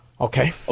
Okay